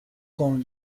con